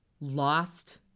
lost